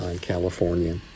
California